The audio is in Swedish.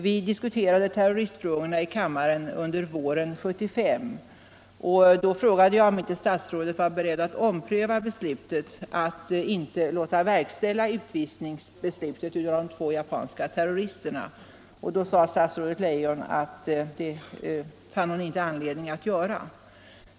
Vi diskuterade terroristfrågorna i kammaren i våras, och då frågade jag om inte statsrådet var beredd till en omprövning när det gällde att inte låta verkställa utvisningsbeslutet beträffande de två japanska terroristerna. Statsrådet Leijon svarade att det fann hon inte anledning att göra.